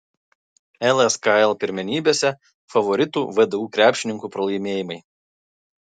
lskl pirmenybėse favoritų vdu krepšininkų pralaimėjimai